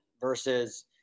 versus